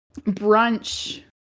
brunch